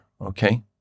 okay